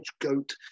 goat